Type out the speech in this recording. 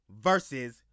versus